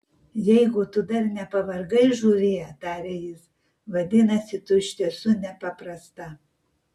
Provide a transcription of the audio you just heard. jeigu tu dar nepavargai žuvie tarė jis vadinasi tu iš tiesų nepaprasta